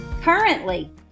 Currently